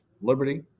liberty